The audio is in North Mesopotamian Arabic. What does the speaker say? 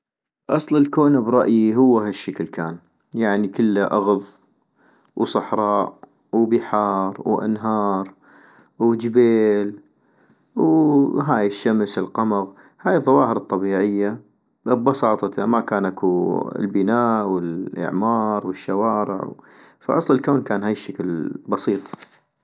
اصل الكون برأيي هو هشكل كان - يعني كلا اغض وصحراء وبحار وانهار وجبيل وو هاي الشمس القمغ ، هاي الظواهر الطبيعية ابساطتا - ما كان اكو البناء والاعمار والشوارع - فاصل الكون كان هشكل بسيط